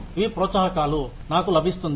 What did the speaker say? ఇవి ప్రోత్సాహకాలు నాకు లభిస్తుంది